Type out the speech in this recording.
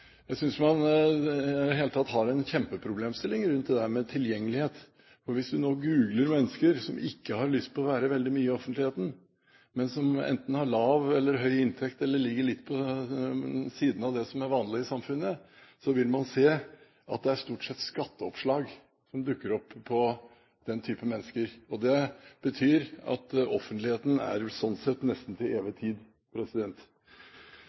Jeg synes i det hele tatt dette med tilgjengelighet er en kjempeproblemstilling. Hvis vi googler mennesker som ikke har lyst til å være veldig mye i offentligheten, som enten har lav eller høy inntekt, eller som ligger litt på siden av det som er vanlig i samfunnet, vil man se at det stort sett er skatteoppslag som dukker opp på denne type mennesker. Det betyr at man sånn sett er i offentligheten nesten til